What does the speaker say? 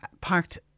parked